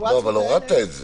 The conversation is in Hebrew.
אבל הורדת את זה.